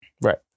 Right